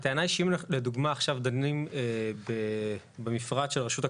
הטענה היא שאם לדוגמה עכשיו דנים במפרט של רשות הכבאות,